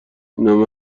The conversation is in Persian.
اینم